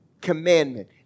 commandment